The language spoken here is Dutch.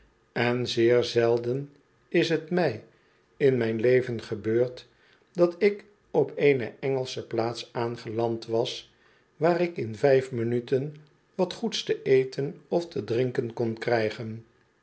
en zeer zelden is t mij in mijn leven gebeurd dat ik op eene engelsche plaats aangeland was waar ik in vijf minuten wat goeds te eten of te drinken kon krijgen